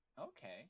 Okay